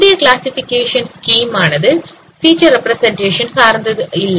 முந்தைய classification scheme ஆனது feature representation சார்ந்து இல்லை